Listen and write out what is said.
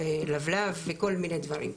לבלב וכל מיני דברים.